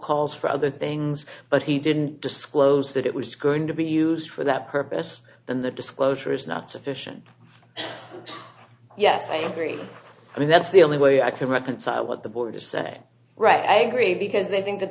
calls for other things but he didn't disclose that it was going to be used for that purpose than the disclosure is not sufficient yes i agree and that's the only way i could reconcile what the board is senate right i agree because they think that